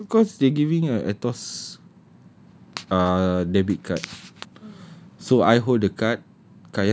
ya cause they giving a AETOS ah debit card so I hold the card